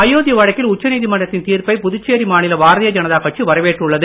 அயோத்தி வழக்கில் உச்சநீதிமன்றத்தின் தீர்ப்பை புதுச்சேரி மாநில பாரதிய ஜனதா கட்சி வரவேற்றுள்ளது